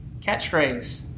catchphrase